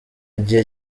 gihe